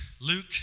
Luke